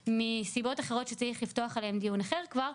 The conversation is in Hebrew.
מסיבות אחרות שצריך לפתוח עליהם דיון אחר כבר,